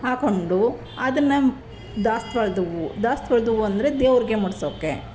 ಹಾಕೊಂಡು ಅದನ್ನು ದಾಸ್ವಾಳ್ದ ಹೂವು ದಾಸ್ವಾಳ್ದ ಹೂ ಅಂದರೆ ದೇವ್ರಿಗೆ ಮುಡಿಸೋಕೆ